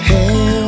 Hey